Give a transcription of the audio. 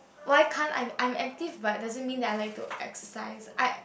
why can't I'm I'm active but doesn't mean that I like to exercise I